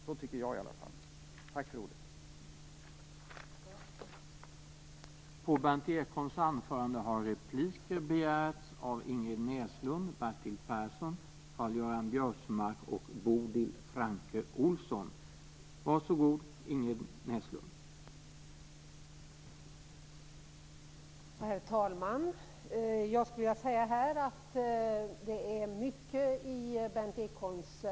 Så tycker i alla fall jag.